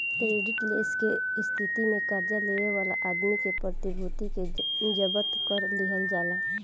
credit less के स्थिति में कर्जा लेवे वाला आदमी के प्रतिभूति के जब्त कर लिहल जाला